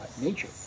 nature